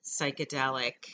psychedelic